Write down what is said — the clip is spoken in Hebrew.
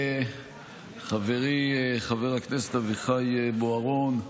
חברי חבר הכנסת אביחי בוארון,